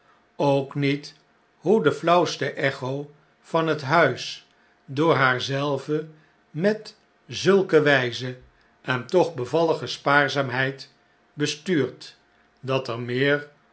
ook niet hoe de flauwste echo van het huis door haar zelve met zulke wijze en toch bevallige spaarzaamheid bestuurd dat er meer